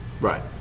Right